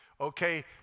Okay